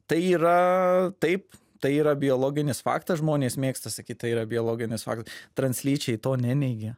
tai yra taip tai yra biologinis faktas žmonės mėgsta sakyt tai yra biologinis fak translyčiai to neneigia